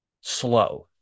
slow